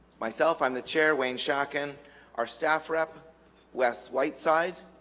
myself i'm the chair wayne shockin our staff rep wes whiteside